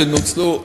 שנוצלו,